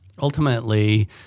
ultimately